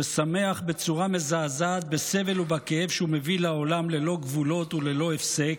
ששמח בצורה מזעזעת בסבל ובכאב שהוא מביא לעולם ללא גבולות וללא הפסק,